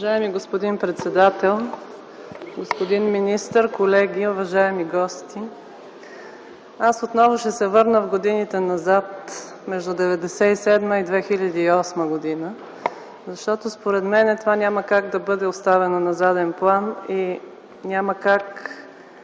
Уважаеми господин председател, господин министър, колеги, уважаеми гости! Аз отново ще се върна в годините назад – между 1997 и 2008 г., защото според мен това няма как да бъде оставено на заден план. Няма как да не мислим, че